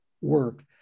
work